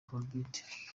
afrobeat